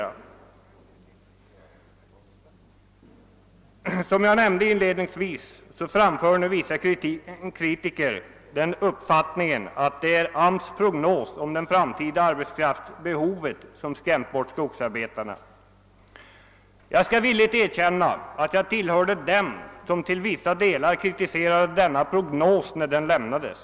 Såsom jag inledningsvis nämnde, framför nu vissa bedömare den uppfattningen att det är AMS” prognos om det framtida arbetskraftsbehovet som skrämt bort skogsarbetarna. Jag skall villigt erkänna att jag tillhörde dem som till vissa delar kritiserade denna prognos när den framlades.